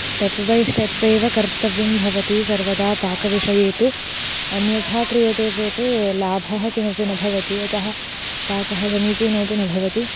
step by step एव कर्तव्यं भवति सर्वदा पाकविषये तु अन्यथा क्रियते चेत् लाभः किमपि न भवति यतः पाकः समीचीनोपि न भवति